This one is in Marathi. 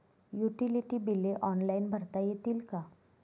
युटिलिटी बिले ऑनलाईन भरता येतील का?